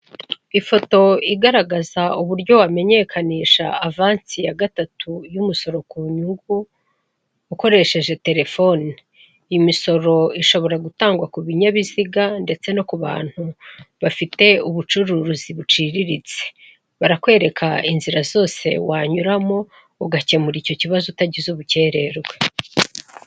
Ifoto igaragaza uburyo wamenyekanisha avansi ya gatatu y'umusoro ku nyugu ukoresheje telefoni, imisoro ishobora gutangwa ku binyabiziga ndetse no ku bantu bafite ubucuruzi buciriritse, barakwereka inzira zose wanyuramo ugakemura icyo kibazo utagize ubukererwe.